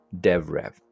DevRev